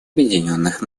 объединенных